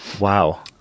Wow